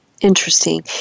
Interesting